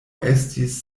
estis